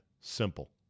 simple